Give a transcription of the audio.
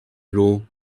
grow